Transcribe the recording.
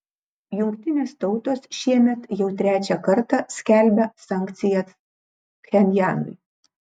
jungtinės tautos šiemet jau trečią kartą skelbia sankcijas pchenjanui